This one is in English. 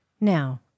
Now